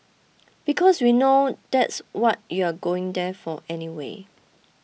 because we know that's what you're going there for anyway